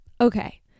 Okay